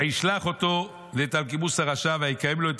וישלח אותו ואת אלקימוס הרשע ויקיים לו את